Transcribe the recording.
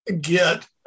get